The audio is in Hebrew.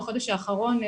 בחודש האחרון,